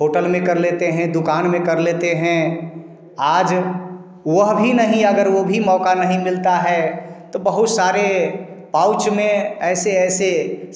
hotel में कर लेते हैं दुकान में कर लेते हैं आज वह भी नहीं अगर वो भी मौका नहीं मिलता है तो बहुत सारे पाउच में ऐसे ऐसे